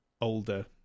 older